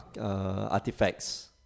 artifacts